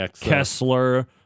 Kessler